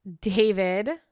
David